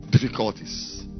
difficulties